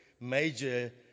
major